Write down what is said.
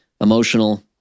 emotional